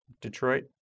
Detroit